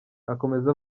akomeza